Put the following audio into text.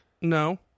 no